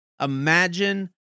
Imagine